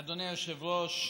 אדוני היושב-ראש,